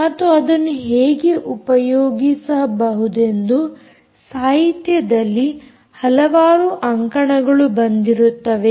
ಮತ್ತು ಅದನ್ನು ಹೇಗೆ ಉಪಯೋಗಿಸಬಹುದೆಂದು ಸಾಹಿತ್ಯದಲ್ಲಿ ಹಲವಾರು ಅಂಕಣಗಳು ಬಂದಿರುತ್ತವೆ